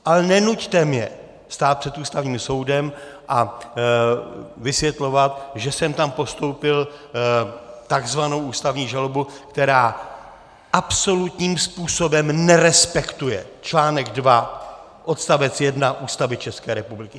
Ale nenuťte mě stát před Ústavním soudem a vysvětlovat, že jsem tam postoupil tzv. ústavní žalobu, která absolutním způsobem nerespektuje článek 2 odst. 1 Ústavy České republiky.